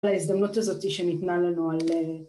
ההזדמנות הזאת שניתנה לנו על